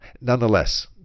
Nonetheless